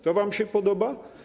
To wam się podoba?